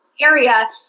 area